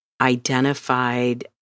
identified